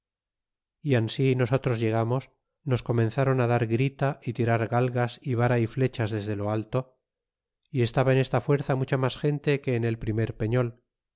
y ansi nosotros llegamos nos comenzron dar grita y tirar galgas y vara y flechas desde lo alto y estaba en esta fuerza mucha mas gente que en el primero peñol